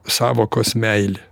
sąvokos meilė